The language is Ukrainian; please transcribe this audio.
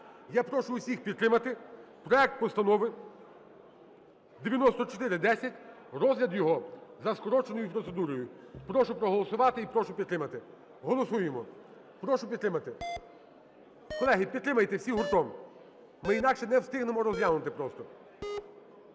Я прошу усіх підтримати проект Постанови 9410, розгляд його за скороченою процедурою. Прошу проголосувати і прошу підтримати. Голосуємо. Прошу підтримати. Колеги, підтримайте всі гуртом, ми інакше не встигнемо розглянути просто.